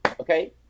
okay